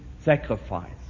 sacrifice